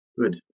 Good